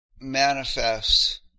manifest